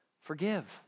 forgive